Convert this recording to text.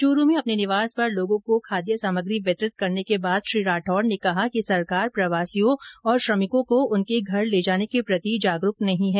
चूरू में अपने निवास पर लोगों को खाद्य सामग्री वितरित करने के बाद श्री राठौड़ ने कहा कि सरकार प्रवासियों और श्रमिकों को उनके घर ले जाने के प्रति जागरूक नहीं है